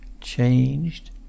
changed